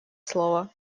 слово